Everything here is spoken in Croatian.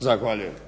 Zahvaljujem.